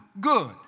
good